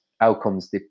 outcomes